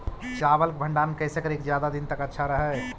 चावल के भंडारण कैसे करिये की ज्यादा दीन तक अच्छा रहै?